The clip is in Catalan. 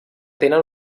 tenen